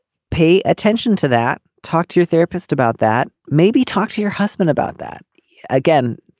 pay attention to that. talk to your therapist about that. maybe talk to your husband about that again.